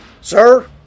Sir